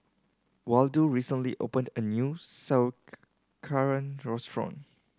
Waldo recently opened a new Sauerkraut Restaurant